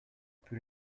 plus